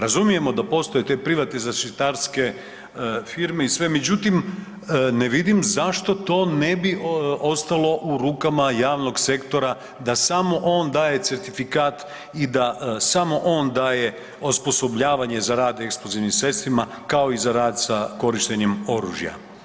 Razumijemo da postoje te privatne zaštitarske firme i sve, međutim, ne vidim zašto to ne bi ostalo u rukama javnog sektora da samo on daje certifikat i da samo on daje osposobljavanje za rad eksplozivnim sredstvima, kao i za rad sa korištenjem oružja.